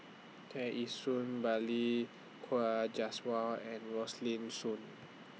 Tear Ee Soon Balli Kaur Jaswal and Rosaline Soon